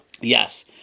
yes